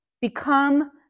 become